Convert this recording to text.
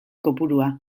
kopurua